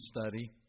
study